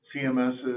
CMS's